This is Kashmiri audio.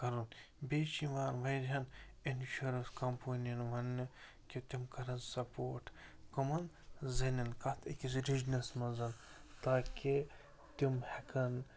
کَرُن بیٚیہِ چھِ یِوان وارِیاہن اِنشورٮ۪نٕس کمپٔنِین وننہٕ کہِ تِم کَرن سپوٹ کَمن زنٮ۪ن کَتھ أکِس رِجنس منٛز تاکہِ تِم ہٮ۪کن